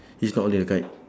he's not holding the kite